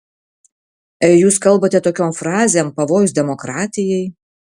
jūs kalbate tokiom frazėm pavojus demokratijai